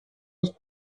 was